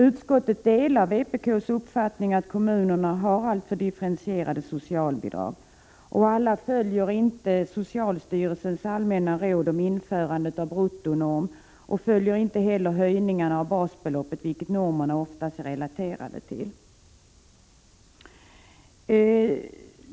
Utskottet delar vpk:s uppfattning att kommunerna har alltför differentierade socialbidrag. Alla följer inte socialstyrelsens allmänna råd om införande av bruttonorm och följer inte heller höjningarna av basbeloppet, vilket normerna oftast är relaterade till.